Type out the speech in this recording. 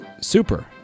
super